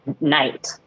night